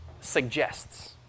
suggests